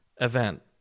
event